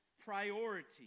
priority